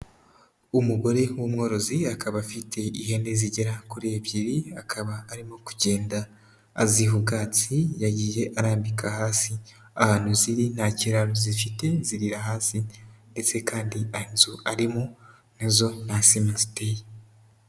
Umugore w'umworozi, akaba afite ihene zigera kuri ebyiri. Akaba arimo kugenda aziha ubwatsi, yagiye arambika hasi. Ahantu ziri nta kiraro zifite, zirira hasi ndetse kandi inzu arimo nazo na sima ziteye.